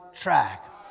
track